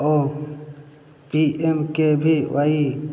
O P M K V Y